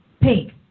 pink